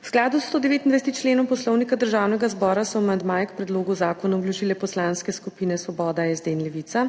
V skladu s 129. členom Poslovnika Državnega zbora so amandmaje k predlogu zakona vložile poslanske skupine Svoboda, SD in Levica,